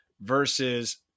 Versus